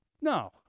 No